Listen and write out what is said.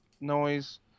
noise